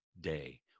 Day